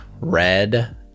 Red